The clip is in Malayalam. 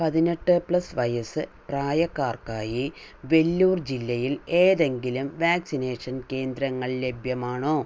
പതിനെട്ട് പ്ലസ് വയസ്സ് പ്രായക്കാർക്കായി വെല്ലൂർ ജില്ലയിൽ ഏതെങ്കിലും വാക്സിനേഷൻ കേന്ദ്രങ്ങൾ ലഭ്യമാണോ